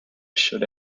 should